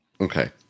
Okay